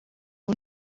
ubu